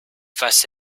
was